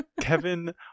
Kevin